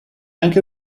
anche